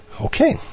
okay